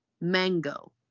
mango